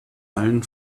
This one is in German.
allen